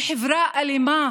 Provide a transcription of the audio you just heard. היא חברה אלימה